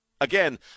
Again